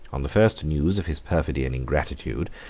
on the first news of his perfidy and ingratitude,